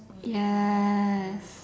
ya